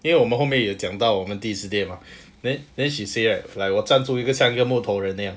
因为我们后面有讲到我们第一次 date mah then then she say like like 我站住一个像一个木头人一样